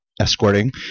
escorting